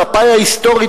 מפא"י ההיסטורית,